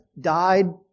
died